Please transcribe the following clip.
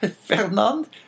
Fernand